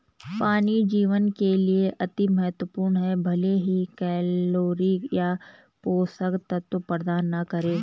पानी जीवन के लिए अति महत्वपूर्ण है भले ही कैलोरी या पोषक तत्व प्रदान न करे